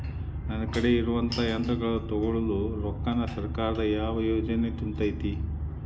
ನನ್ ಕಡೆ ಇರುವಂಥಾ ಯಂತ್ರಗಳ ತೊಗೊಳು ರೊಕ್ಕಾನ್ ಸರ್ಕಾರದ ಯಾವ ಯೋಜನೆ ತುಂಬತೈತಿ?